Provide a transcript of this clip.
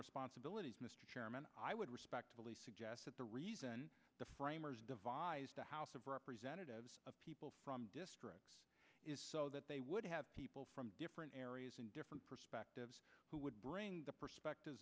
responsibilities mr chairman i would respectfully suggest that the reason the framers devised a house of representatives of people from district is so that they would have people from different areas in different perspectives who would bring the perspectives